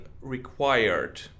required